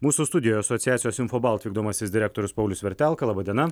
mūsų studijoj asociacijos infobalt vykdomasis direktorius paulius vertelka laba diena